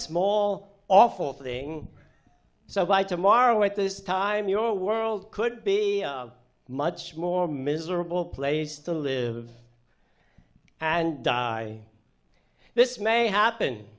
small awful thing so by tomorrow at this time your world could be much more miserable place to live and die this may happen